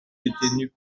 détenus